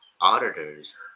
Auditors